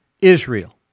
Israel